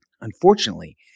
Unfortunately